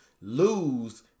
Lose